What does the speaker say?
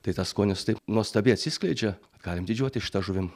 tai tas skonis taip nuostabiai atsiskleidžia galim didžiuotis šita žuvim